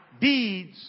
deeds